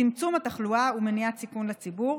צמצום התחלואה ומניעת סיכון לציבור,